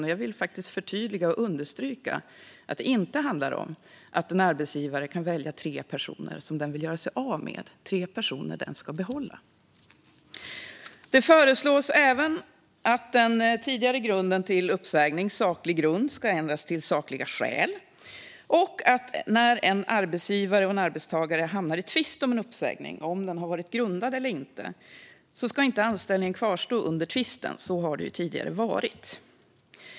Och jag vill faktiskt förtydliga och understryka att det inte handlar om att en arbetsgivare kan välja tre personer som den vill göra sig av med utan tre personer som den ska behålla. Det föreslås även att den tidigare grunden för uppsägning, saklig grund, ska ändras till sakliga skäl, och när en arbetsgivare och en arbetstagare hamnar i tvist om ifall en uppsägning har varit grundad eller inte ska anställningen inte kvarstå under tvisten. Så har det ju tidigare varit.